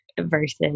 versus